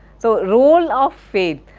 so role of fate,